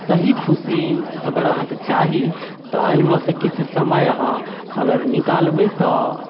सही खुशी अगर अहाँ कऽ चाही तऽ एहिमेसँ किछु समय अहाँ अगर निकालबै तऽ